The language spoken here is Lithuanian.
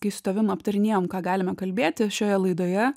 kai su tavim aptarinėjom ką galime kalbėti šioje laidoje